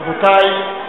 רבותי,